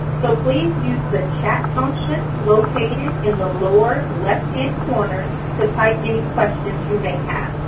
so please use the chat function located in the lower left-hand corner to type any questions you may have.